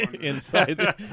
inside